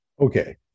Okay